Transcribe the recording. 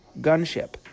gunship